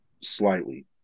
slightly